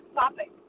topic